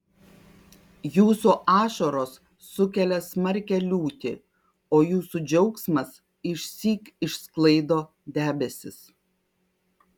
jūsų ašaros sukelia smarkią liūtį o jūsų džiaugsmas išsyk išsklaido debesis